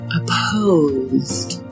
opposed